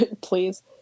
Please